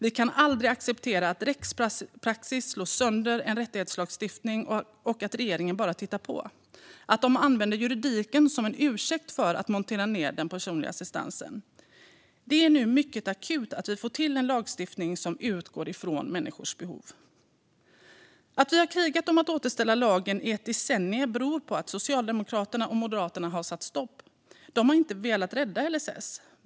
Vi kan aldrig acceptera att rättspraxis slår sönder en rättighetslagstiftning och att regeringen bara tittar på, att de använder juridiken som en ursäkt för att montera ned den personliga assistansen. Det är nu mycket akut att vi får till en lagstiftning som utgår från människors behov. Att vi har krigat i ett decennium för att återställa lagen beror på att Socialdemokraterna och Moderaterna satt stopp. De har inte velat rädda LSS.